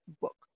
book